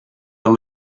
are